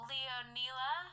Leonila